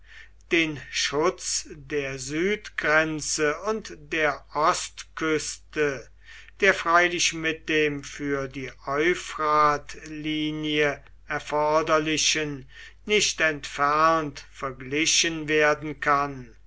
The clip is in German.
den schutz der südgrenze und der ostküste der freilich mit dem für die euphratlinie erforderlichen nicht entfernt verglichen werden kann